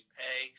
pay